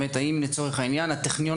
האם הטכניון,